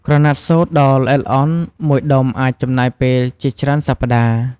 ក្រណាត់សូត្រដ៏ល្អិតល្អន់មួយដុំអាចចំណាយពេលជាច្រើនសប្តាហ៍ ។